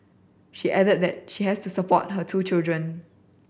she added that she has to support her two children